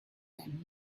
them